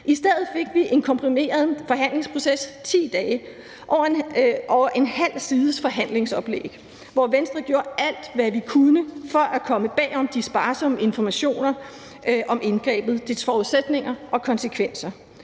I stedet fik vi en komprimeret forhandlingsproces på 10 dage over en halv sides forhandlingsoplæg, hvor Venstre gjorde alt, hvad vi kunne, for at komme bag om de sparsomme informationer om indgrebet, dets forudsætninger og konsekvenser.